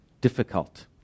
difficult